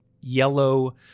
yellow